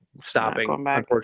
stopping